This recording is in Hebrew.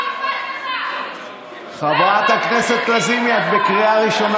נא לאפשר לחבר הכנסת קיש להמשיך בדברו.